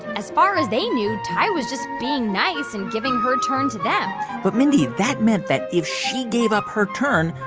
as far as they knew, tai was just being nice and giving her turn to them but, mindy, that meant that if she gave up her turn,